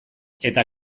eta